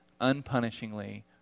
unpunishingly